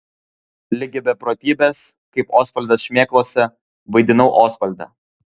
ligi beprotybės kaip osvaldas šmėklose vaidinau osvaldą